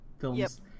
films